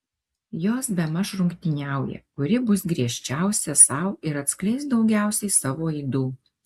jos bemaž rungtyniauja kuri bus griežčiausia sau ir atskleis daugiausiai savo ydų